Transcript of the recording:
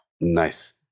nice